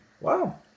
Wow